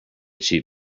cheat